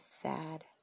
sad